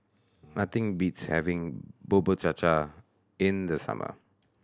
nothing beats having Bubur Cha Cha in the summer